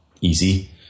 easy